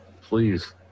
please